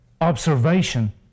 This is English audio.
observation